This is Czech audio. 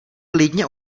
klidně